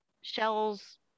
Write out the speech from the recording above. shell's